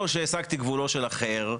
שהאישור ניתן על אף הסתייגותו של מהנדס העיר.